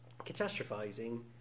catastrophizing